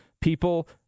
People